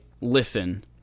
listen